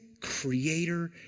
creator